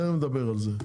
תכף נדבר על זה.